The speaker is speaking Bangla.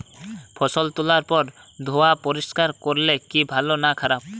ফসল তোলার পর ধুয়ে পরিষ্কার করলে কি ভালো না খারাপ?